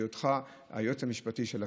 בהיותך היועץ המשפטי של הכנסת.